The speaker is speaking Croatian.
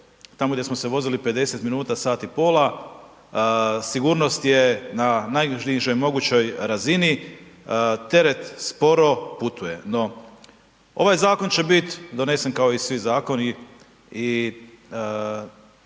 tamo gdje smo se vozili 50 minuta, sat i pol. Sigurnost je na najnižem mogućoj razini. Teret sporo putuje, no ovaj zakon će biti donesen kao i svi zakon